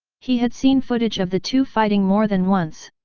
he had seen footage of the two fighting more than once.